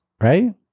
Right